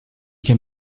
can